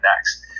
next